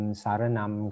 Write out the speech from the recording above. saranam